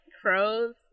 crows